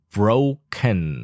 broken